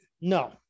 No